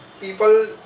people